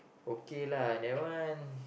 okay lah that one